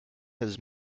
has